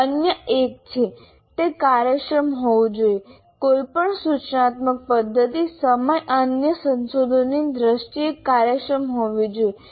અન્ય એક છે તે કાર્યક્ષમ હોવું જોઈએ કોઈપણ સૂચનાત્મક પદ્ધતિ સમય અને અન્ય સંસાધનોની દ્રષ્ટિએ કાર્યક્ષમ હોવી જોઈએ